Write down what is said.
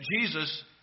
Jesus